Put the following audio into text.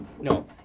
no